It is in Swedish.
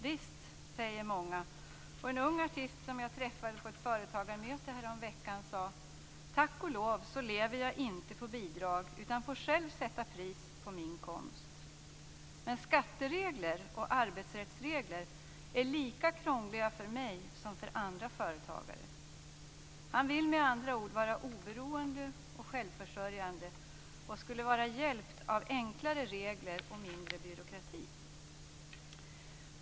Visst, säger många. En ung artist som jag träffade på ett företagarmöte häromveckan sade: "Tack och lov lever jag inte på bidrag utan får själv sätta pris på min konst. Men skatteregler och arbetsrättsregler är lika krångliga för mig som för andra företagare." Han vill med andra ord vara oberoende och självförsörjande. Han skulle vara hjälpt av enklare regler och mindre byråkrati.